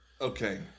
Okay